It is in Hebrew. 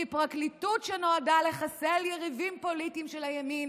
כי פרקליטות שנועדה לחסל יריבים פוליטיים של הימין